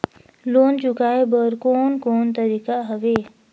Loan चुकाए बर कोन कोन तरीका हवे?